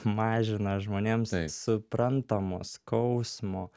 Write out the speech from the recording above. mažina žmonėms suprantamo skausmo